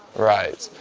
right,